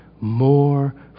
more